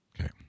Okay